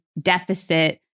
deficit